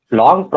long